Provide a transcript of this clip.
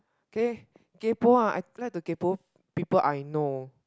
K kaypo ah I like to kaypo people I know